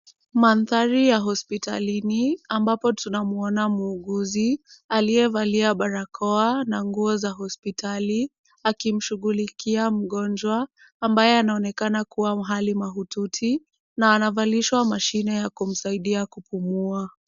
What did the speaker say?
Mandhari ya hospitalini ambapo tunamwona muuguzi, aliyevalia barakoa na nguo za hospitali, akimshughulikia mgonjwa, ambaye anaonekana kuwa hali mahututi na anavalishwa mashine ya kumsaidia kupumua.